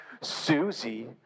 Susie